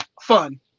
fun